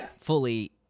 fully